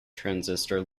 transistor